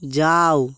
যাও